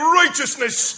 righteousness